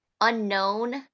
unknown